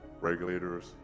regulators